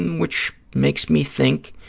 which makes me think